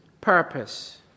purpose